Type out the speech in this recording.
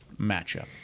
matchup